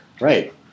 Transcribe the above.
right